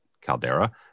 Caldera